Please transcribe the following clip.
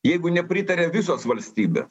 jeigu nepritaria visos valstybės